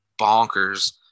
bonkers